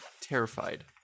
terrified